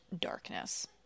darkness